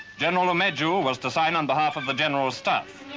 general umezu was to sign on behalf of the general staff.